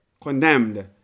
condemned